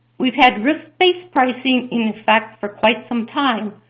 we've had risk-based pricing in effect for quite some time,